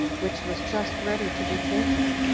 which was just ready to be taken,